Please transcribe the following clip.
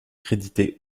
crédités